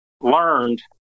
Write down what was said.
learned